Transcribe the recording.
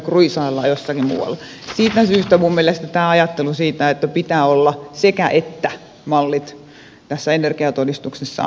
siitä syystä minun mielestäni tämä ajattelu siitä että tässä energiatodistuksessa pitää olla sekäettä mallit on hyvä